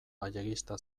galleguista